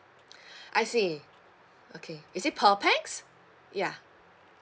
I see okay is it per pax ya